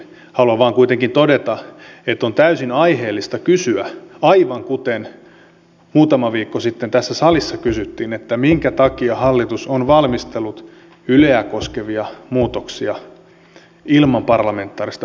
haluan vain kuitenkin todeta että on täysin aiheellista kysyä aivan kuten muutama viikko sitten tässä salissa kysyttiin minkä takia hallitus on valmistellut yleä koskevia muutoksia ilman parlamentaarista valmistelua